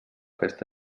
festa